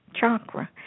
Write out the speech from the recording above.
chakra